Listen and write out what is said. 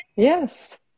Yes